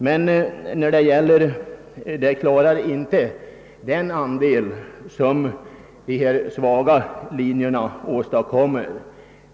Det förslår emellertid inte till att täcka kostnaderna på de svaga linjerna.